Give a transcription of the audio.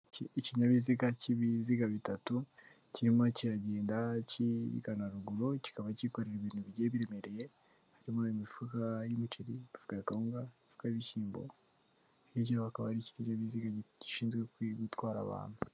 Ikinyabiziga cy'ibiziga bitatu, kirimo kiragenda kigana ruguru, kikaba kikorera ibintu bigiye biremereye, harimo imifuka y'imiceri, imifuka ya kawunga, imifuka y'ibishyimbo, hirya yaho hakaba hari ikinyabiziga gishinzwe gutwara abantu.